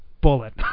bullet